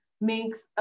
makes